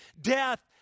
death